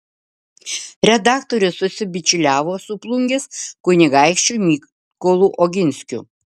redaktorius susibičiuliavo su plungės kunigaikščiu mykolu oginskiu